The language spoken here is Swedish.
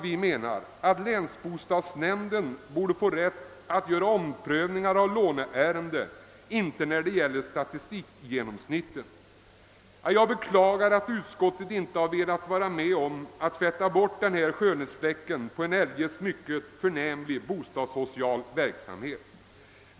Vi menar att länsbostadsnämnden i sådana fall, inte när det gäller statistikgenomsnittet, borde ha rätt att ompröva låneärendena. Jag beklagar att utskottet inte har velat vara med om att tvätta bort denna skönhetsfläck på en eljest mycket förnämlig bostadssocial verksamhet.